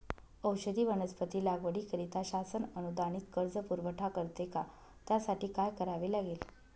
औषधी वनस्पती लागवडीकरिता शासन अनुदानित कर्ज पुरवठा करते का? त्यासाठी काय करावे लागेल?